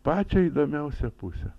pačią įdomiausią pusę